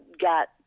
got